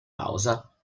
pausa